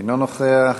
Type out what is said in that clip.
אינו נוכח,